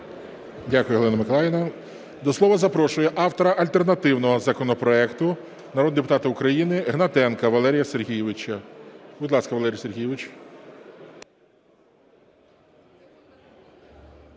Дякую, Галино Миколаївно. До слова запрошую автора альтернативного законопроекту народного депутата України Гнатенка Валерія Сергійовича. Будь ласка, Валерій Сергійович.